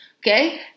Okay